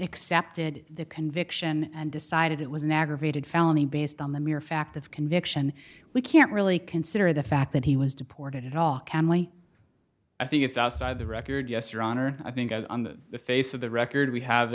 accepted the conviction and decided it was an aggravated felony based on the mere fact of conviction we can't really consider the fact that he was deported at all can only i think it's outside the record yes your honor i think on the face of the record we have